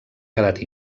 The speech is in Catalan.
quedat